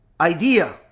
idea